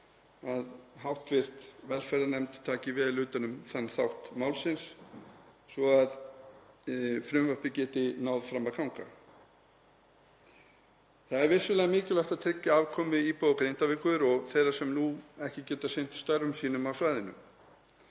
að hv. velferðarnefnd taki vel utan um þann þátt málsins svo að frumvarpið geti náð fram að ganga. Það er vissulega mikilvægt að tryggja afkomu íbúa og Grindavíkur og þeirra sem nú geta ekki sinnt störfum sínum á svæðinu.